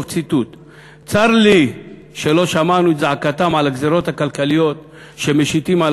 צר לי שלא שמענו את זעקתם על הגזירות הכלכליות שמשיתים על